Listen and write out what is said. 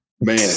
Man